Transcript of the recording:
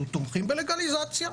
אנחנו תומכים בלגליזציה.